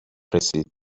رسید